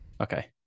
Okay